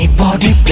ah body